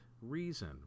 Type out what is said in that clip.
reason